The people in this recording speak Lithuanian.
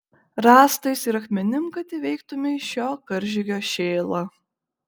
rąstais ir akmenim kad įveiktumei šio karžygio šėlą